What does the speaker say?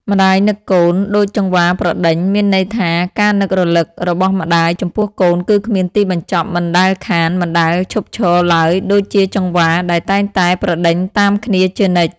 ម្ដាយនឹកកូន ដូចចង្វាប្រដេញ មានន័យថាការនឹករលឹករបស់ម្ដាយចំពោះកូនគឺគ្មានទីបញ្ចប់មិនដែលខាន មិនដែលឈប់ឈរឡើយដូចជាចង្វា ដែលតែងតែប្រដេញតាមគ្នាជានិច្ច។